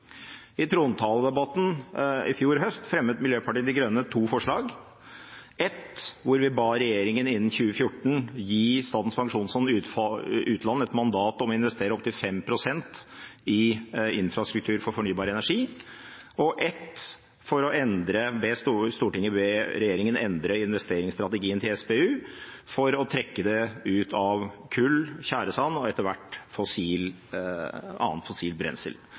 I trontaledebatten i fjor høst fremmet Miljøpartiet De Grønne to forslag, ett hvor vi ba regjeringen i løpet av 2014 gi Statens pensjonsfond utland et mandat til å investere inntil 5 pst. i infrastruktur for fornybar energi, og ett der Stortinget ba regjeringen om å endre investeringsstrategien til SPU for å trekke det ut av kull, tjæresand og etter hvert annet fossilt brensel.